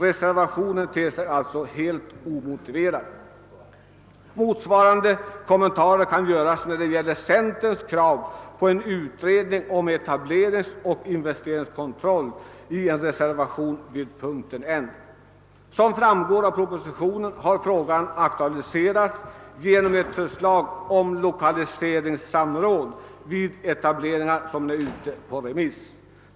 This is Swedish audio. Reservationen ter sig alltså helt omotiverad. Motsvarande kommentarer kan göras när det gäller centerns krav på en utredning om etableringsoch investeringskontroll i en reservation vid punkten N. Som framgår av propositionen har frågan aktualiserats genom ett förslag om lokaliseringssamråd vid etableringar som nu är ute på remiss.